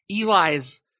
Eli's